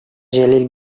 җәлил